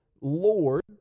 Lord